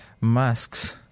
masks